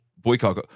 boycott